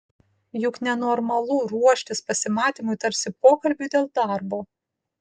juk nenormalu ruoštis pasimatymui tarsi pokalbiui dėl darbo